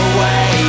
Away